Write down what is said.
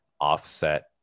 offset